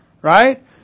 Right